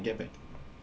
and I get back to